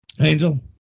Angel